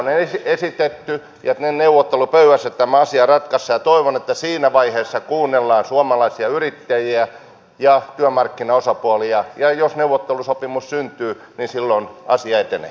on esitetty että neuvottelupöydässä tämä asia ratkaistaan ja toivon että siinä vaiheessa kuunnellaan suomalaisia yrittäjiä ja työmarkkinaosapuolia ja jos neuvottelusopimus syntyy niin silloin asia etenee